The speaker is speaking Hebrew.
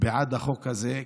בעד החוק הזה,